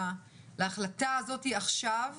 כי מן הסתם בגלל שאנחנו בחודשי הקיץ,